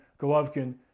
Golovkin